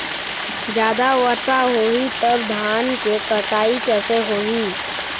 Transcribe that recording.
जादा वर्षा होही तब धान के कटाई कैसे होही?